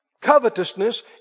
Covetousness